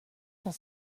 cent